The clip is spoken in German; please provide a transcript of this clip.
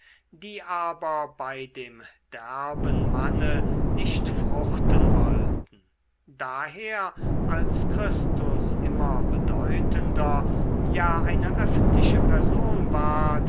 die aber bei dem derben manne nicht fruchten wollten daher als christus immer bedeutender ja eine öffentliche person ward